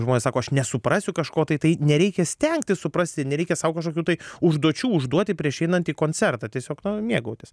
žmonės sako aš nesuprasiu kažko tai tai nereikia stengtis suprasti nereikia sau kažkokių tai užduočių užduoti prieš einant į koncertą tiesiog mėgautis